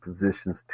positions